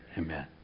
Amen